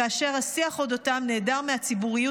כאשר השיח על אודותיהם נעדר מהציבוריות